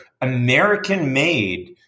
American-made